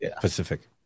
Pacific